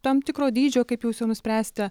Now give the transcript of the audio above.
tam tikro dydžio kaip jūs jau nuspręsite